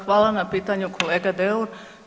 Hvala na pitanju kolega Deur.